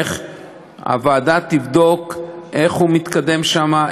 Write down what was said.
הדרך הוועדה תבדוק איך הוא מתקדם שם,